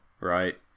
right